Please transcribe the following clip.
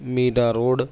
میدا روڈ